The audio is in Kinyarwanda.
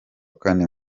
kane